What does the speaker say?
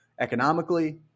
economically